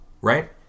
Right